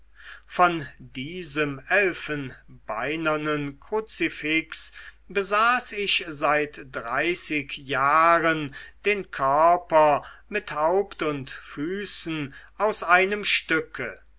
von diesem elfenbeinernen kruzifix besaß ich seit dreißig jahren den körper mit haupt und füßen aus einem stücke